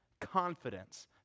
confidence